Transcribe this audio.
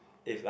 if like